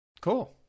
Cool